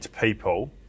people